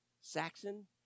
Saxon